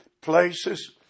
places